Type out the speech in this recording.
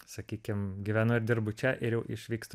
sakykim gyvenu ir dirbu čia ir jau išvykstu